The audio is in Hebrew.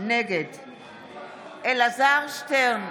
נגד אלעזר שטרן,